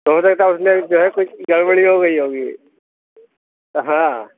تو ہو سكتا اُس میں جو ہے کچھ گڑبڑی ہو گئی ہوگی ہاں